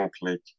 click